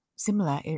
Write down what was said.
similar